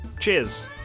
cheers